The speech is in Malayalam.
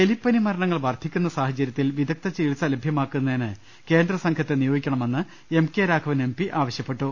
എലിപ്പനി മരണങ്ങൾ വർധിക്കുന്ന സാഹചര്യത്തിൽ വിദഗ്ധ ചികിത്സ ലഭ്യമാക്കുന്നതിന് കേന്ദ്രസംഘത്തെ നിയോഗിക്കണ മെന്ന് M K Raghavan M P ആവശ്യപ്പെട്ടു